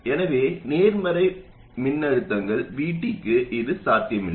எனவே நேர்மறை வாசல் மின்னழுத்தங்கள் VT க்கு இது சாத்தியமில்லை